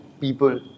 people